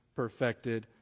perfected